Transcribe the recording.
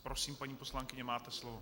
Prosím, paní poslankyně, máte slovo.